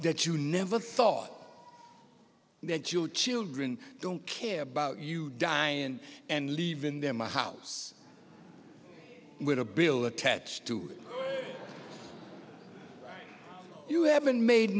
that you never thought that you children don't care about you dying and leaving them a house with a bill attached to you haven't made